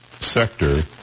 sector